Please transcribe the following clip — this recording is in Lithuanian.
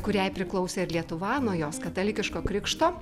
kuriai priklausė ir lietuva nuo jos katalikiško krikšto